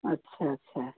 अच्छा अच्छा